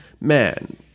Man